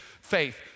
faith